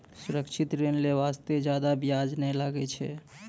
सुरक्षित ऋण लै बास्ते जादा बियाज नै लागै छै